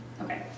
Okay